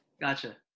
Gotcha